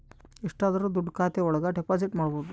ಎಷ್ಟಾದರೂ ದುಡ್ಡು ಖಾತೆ ಒಳಗ ಡೆಪಾಸಿಟ್ ಮಾಡ್ಬೋದು